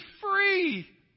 free